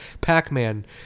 pac-man